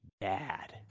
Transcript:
bad